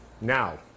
Now